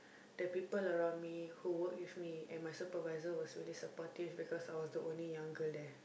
the people around me who work with me and my supervisor was so supportive because I was the only young girl there